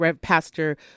Pastor